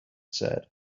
said